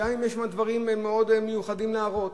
גם אם יש שם דברים מאוד מיוחדים להראות.